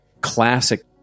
classic